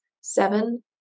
Seven